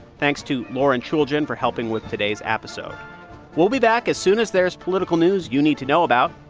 thanks to lauren chooljian for helping with today's episode we'll be back as soon as there is political news you need to know about.